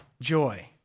joy